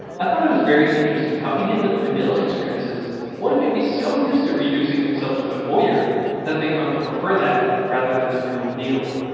i thought it was very interesting how even with vanilla experiences one could be so used to reducing themselves to a voyeur that they come prefer that rather than the real deal.